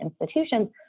institutions